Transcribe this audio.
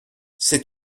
c’est